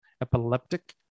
Epileptic